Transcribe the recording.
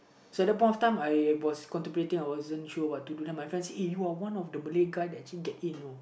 so that the point of time I was contemplating I wasn't sure what to do then my friend said you are one of the Malay guy to actually get in you know